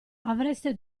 avreste